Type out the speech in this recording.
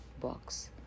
Box